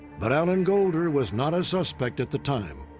but alan golder was not a suspect at the time.